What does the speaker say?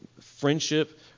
friendship